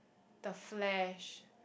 the flash